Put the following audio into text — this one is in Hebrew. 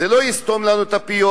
זה לא יסתום לנו את הפיות.